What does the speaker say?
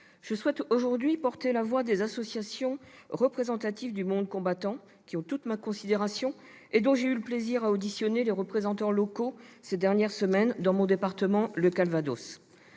je souhaite aujourd'hui porter la voix des associations représentatives du monde combattant, qui ont toute ma considération et dont j'ai eu plaisir à auditionner les représentants locaux, ces dernières semaines, dans mon département, le Calvados.